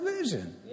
vision